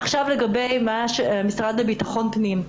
עכשיו לגבי המשרד לביטחון פנים.